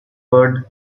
bird